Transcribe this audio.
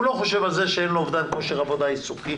הוא לא חושב על זה שאין לו אובדן כושר עבודה עיסוקי.